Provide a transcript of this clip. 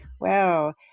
Wow